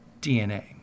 DNA